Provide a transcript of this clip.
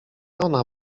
ona